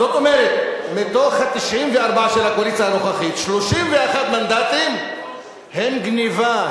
מתוך ה-94 של הקואליציה הנוכחית 31 מנדטים הם גנבה.